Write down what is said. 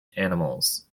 animals